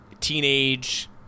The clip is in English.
teenage